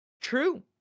true